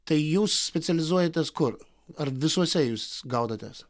tai jūs specializuojatės kur ar visuose jūs gaudotės